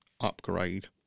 upgrade